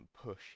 push